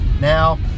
Now